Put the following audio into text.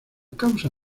causa